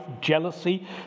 jealousy